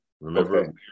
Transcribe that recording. Remember